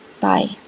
Bye